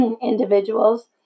individuals